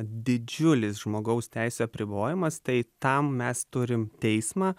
didžiulis žmogaus teisių apribojimas tai tam mes turim teismą